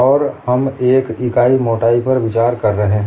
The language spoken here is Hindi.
और हम एक इकाई मोटाई पर विचार कर रहे हैं